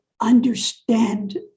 understand